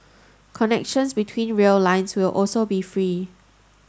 connections between rail lines will also be free